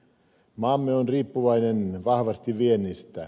maamme on riippuvainen vahvasti viennistä